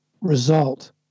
result